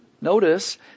notice